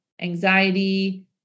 anxiety